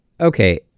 Okay